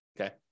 okay